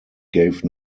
gave